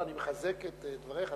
לא, אני מחזק את דבריך.